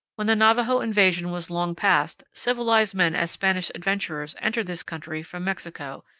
when the navajo invasion was long past, civilized men as spanish adventurers entered this country from mexico,